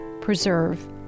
preserve